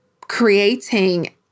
creating